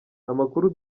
amakuru